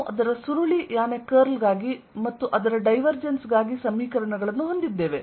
ನಾವು ಅದರ ಸುರುಳಿಯಾನೆ ಕರ್ಲ್ಗಾಗಿ ಮತ್ತು ಅದರ ಡೈವರ್ಜೆನ್ಸ್ ಗಾಗಿ ಸಮೀಕರಣಗಳನ್ನು ಹೊಂದಿದ್ದೇವೆ